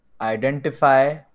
identify